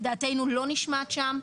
דעתנו לא נשמעת שם.